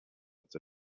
that